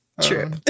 True